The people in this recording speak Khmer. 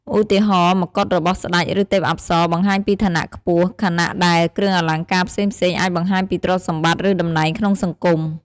ឧទាហរណ៍ មកុដរបស់ស្តេច ឬទេពអប្សរ បង្ហាញពីឋានៈខ្ពស់ ខណៈដែលគ្រឿងអលង្ការផ្សេងៗអាចបង្ហាញពីទ្រព្យសម្បត្តិ ឬតំណែងក្នុងសង្គម។